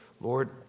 Lord